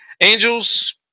Angels